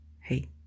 Hey